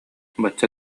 бачча